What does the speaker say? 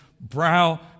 brow